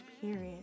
period